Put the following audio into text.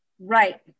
Right